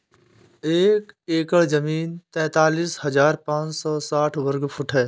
एक एकड़ जमीन तैंतालीस हजार पांच सौ साठ वर्ग फुट है